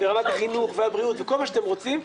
ברמת החינוך והבריאות וכל מה שאתם רוצים.